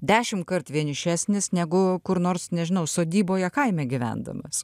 dešimtkart vienišesnis negu kur nors nežinau sodyboje kaime gyvendamas